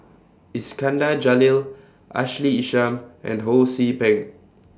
Iskandar Jalil Ashley Isham and Ho See Beng